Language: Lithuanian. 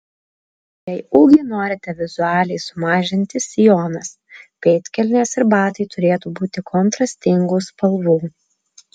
jei ūgį norite vizualiai sumažinti sijonas pėdkelnės ir batai turėtų būti kontrastingų spalvų